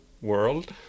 world